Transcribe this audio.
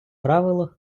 правило